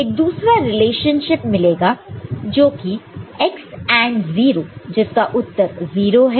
एक दूसरा रिलेशनशिप मिलेगा जो कि x AND 0 जिसका उत्तर 0 है